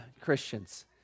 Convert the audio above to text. Christians